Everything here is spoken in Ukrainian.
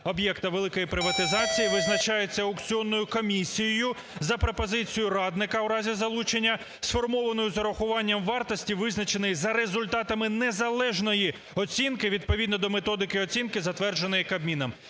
об'єкта великої приватизації визначається аукціонною комісією за пропозицією радника у разі залучення сформованої з урахуванням вартості, визначеної за результатами незалежної оцінки відповідно до методики оцінки, затвердженої Кабміном".